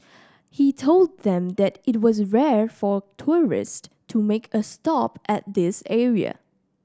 he told them that it was rare for tourist to make a stop at this area